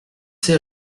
ces